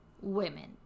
women